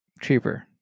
cheaper